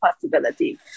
possibility